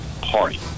Party